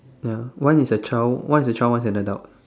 ya one is a child one is a child one is an adult